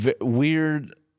weird